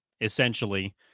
essentially